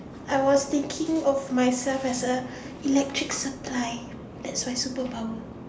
I was thinking of myself as a electric supply that's my superpower